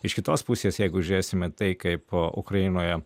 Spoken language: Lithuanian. iš kitos pusės jeigu žiūrėsime tai kaip ukrainoje